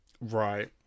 Right